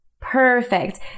Perfect